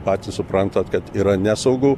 patys suprantat kad yra nesaugu